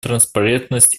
транспарентность